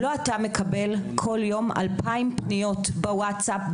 לא אתה מקבל בכל יום 2,000 פניות בוואטסאפ,